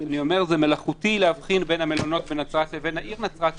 זה מלאכותי להבחין בין המלונות בנצרת לבין העיר נצרת,